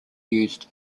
used